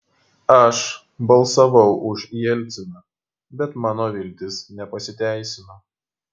aš balsavau už jelciną bet mano viltys nepasiteisino